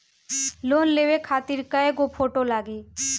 Loan लेवे खातिर कै गो फोटो लागी?